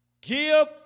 give